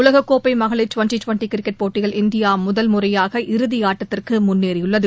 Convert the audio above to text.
உலகக்கோப்பைமகளிர் twenty cricket போட்டியில் இந்தியாமுதல் முறையாக இறுதிஆட்டத்திற்குமுன்னேறியுள்ளது